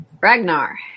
Ragnar